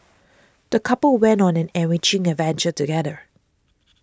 the couple went on an enriching adventure together